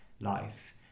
life